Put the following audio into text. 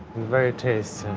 very tasty.